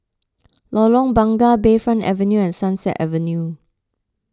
Lorong Bunga Bayfront Avenue and Sunset Avenue